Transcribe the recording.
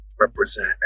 represent